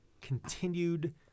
continued